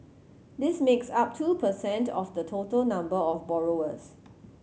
this makes up two per cent of the total number of borrowers